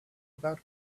about